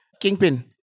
Kingpin